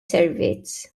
servizz